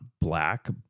black